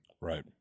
Right